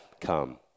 come